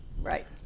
Right